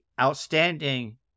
outstanding